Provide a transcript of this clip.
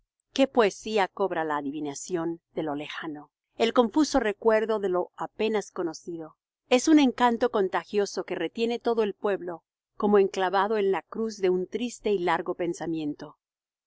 qué poesía cobra la adivinación de lo lejano el confuso recuerdo de lo apenas conocido es un encanto contagioso que retiene todo el pueblo como enclavado en la cruz de un triste y largo pensamiento hay